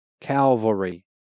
Calvary